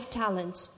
talents